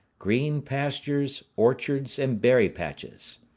green pastures, orchards, and berry patches.